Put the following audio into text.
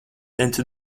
into